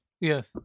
Yes